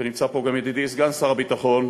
ונמצא פה גם ידידי סגן שר הביטחון,